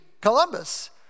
Columbus